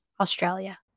Australia